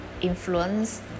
influence